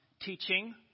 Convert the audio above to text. teaching